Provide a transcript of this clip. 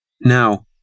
Now